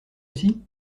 aussi